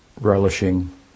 relishing